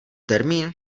termín